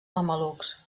mamelucs